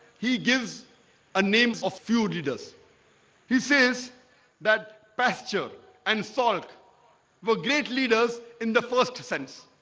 he gives a names of few leaders he says that pasture and salt were great leaders in the first sense